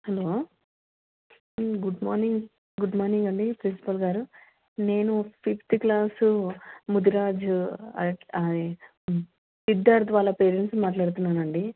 hello good morning good morning అండి principal గారు నేను ఫిఫ్త్ క్లాసు ముదిరాజ్ సిద్దార్ధ్ వాళ్ళ పేరెంట్స్ని మాట్లాడుతున్నాను అండి